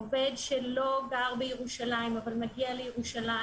עובד שלא גר בירושלים אבל מגיע לירושלים,